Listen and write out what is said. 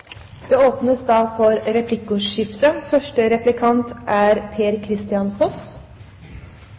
Det åpnes for replikkordskifte.